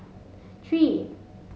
three